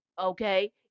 Okay